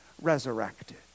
resurrected